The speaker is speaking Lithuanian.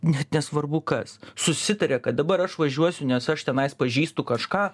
net nesvarbu kas susitarė kad dabar aš važiuosiu nes aš tenais pažįstu kažką